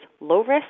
low-risk